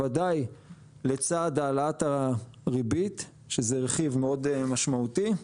ודאי לצד העלאת הריבית שזה רכיב מאוד משמעותי.